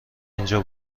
اینجا